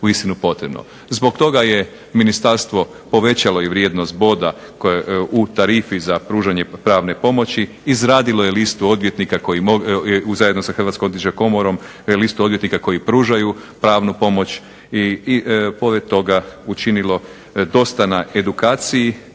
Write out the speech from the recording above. Zbog toga je ministarstvo povećalo i vrijednost boda u tarifi za pružanje pravne pomoći, izradilo je listu odvjetnika koji, zajedno sa Hrvatskom odvjetničkom